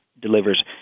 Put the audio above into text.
delivers